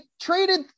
traded